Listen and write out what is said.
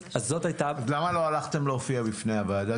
למה לא הלכתם להופיע בפני הוועדה,